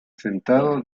sentado